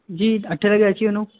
जी अठे लॻे अची वञो